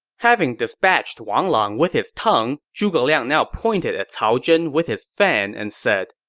having dispatched wang lang with his tongue, zhuge liang now pointed at cao zhen with his fan and said,